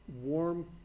warm